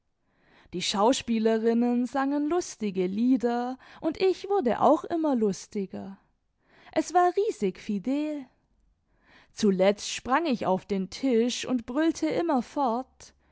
die schauspielerinnen sangen lustige lieder und ich wurde auch immer lustiger es war riesig fidel zuletzt sprang ich auf den tisch und brüllte